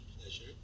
pleasure